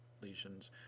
lesions